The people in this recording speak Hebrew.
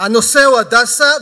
הנושא הוא "הדסה".